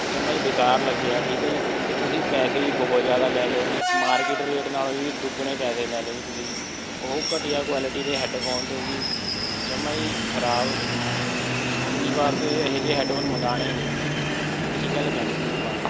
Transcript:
ਜਮਾ ਹੀ ਬੇਕਾਰ ਲੱਗਿਆ ਠੀਕ ਹੈ ਜੀ ਅਤੇ ਤੁਸੀਂ ਪੈਸੇ ਵੀ ਬਹੁਤ ਜ਼ਿਆਦਾ ਲੈ ਲਏ ਜੀ ਮਾਰਕਿਟ ਰੇਟ ਨਾਲੋਂ ਵੀ ਦੁੱਗਣੇ ਪੈਸੇ ਲੈ ਲਏ ਜੀ ਤੁਸੀਂ ਬਹੁਤ ਘਟੀਆ ਕੁਆਲਿਟੀ ਦੇ ਹੈੱਡਫੋਨ ਤੇ ਜੀ ਜਮਾ ਹੀ ਖਰਾਬ ਅਗਲੀ ਵਾਰ ਤੋਂ ਇਹ ਇਹੋ ਜੇ ਹੈੱਡਫੋਨ ਮੰਗਵਾਉਣੇ ਨਹੀਂ ਜੀ ਇਹੀ ਗੱਲ ਕਹਿਣੀ ਤੀ ਜੀ ਤੁਹਾਨੂੰ